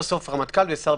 בסוף יש רמטכ"ל ושר ביטחון.